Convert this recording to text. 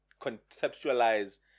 conceptualize